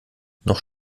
noch